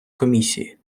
комісії